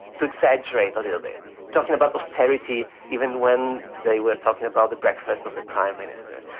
to exaggerate a little bit talking about prosperity, even when they were talking about the breakfast of the prime minister,